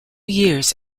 years